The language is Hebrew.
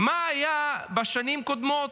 מה היה בשנים קודמות.